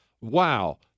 wow